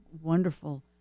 wonderful